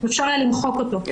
אם אפשר למחוק אותו.